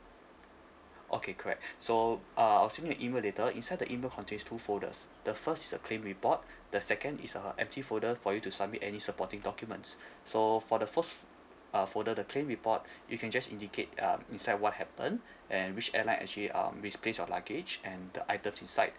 okay correct so uh I'll send you an email later inside the email contains two folders the first is a claim report the second is a empty folder for you to submit any supporting documents so for the first uh folder the claim report you can just indicate um inside what happen and which airline actually um misplaced your luggage and the items inside